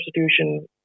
substitution